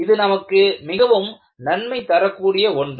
இது நமக்கு மிகவும் நன்மை தரக்கூடிய ஒன்று